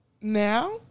now